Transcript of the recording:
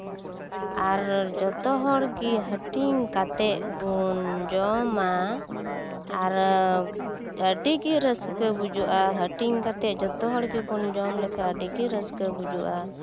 ᱟᱨ ᱡᱚᱛᱚ ᱦᱚᱲᱜᱮ ᱦᱟᱹᱴᱤᱧ ᱠᱟᱛᱮ ᱵᱚᱱ ᱡᱚᱢᱟ ᱟᱨ ᱟᱹᱰᱤᱜᱮ ᱨᱟᱹᱥᱠᱟᱹ ᱵᱩᱡᱩᱜᱼᱟ ᱦᱟᱹᱴᱤᱧ ᱠᱟᱛᱮ ᱡᱚᱛᱚ ᱦᱚᱲ ᱜᱮᱵᱚᱱ ᱡᱚᱢ ᱞᱮᱠᱷᱟᱡ ᱟᱹᱰᱤᱜᱮ ᱨᱟᱹᱥᱠᱟᱹ ᱵᱩᱡᱩᱜᱼᱟ